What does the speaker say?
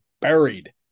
buried